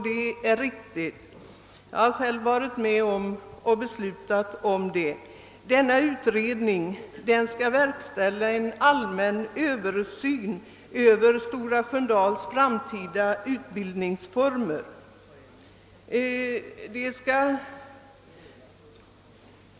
Det är riktigt att så skett, jag har själv varit med att besluta därom. Denna utredning skall verkställa en allmän översyn av framtida utbildningsformer vid Stora Sköndal.